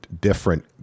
different